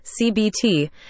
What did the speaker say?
CBT